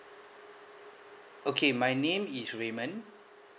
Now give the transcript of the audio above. okay my name is raymond